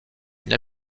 une